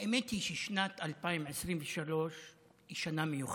האמת היא ששנת 2023 היא שנה מיוחדת.